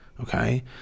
Okay